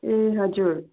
ए हजुर